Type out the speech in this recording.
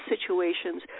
situations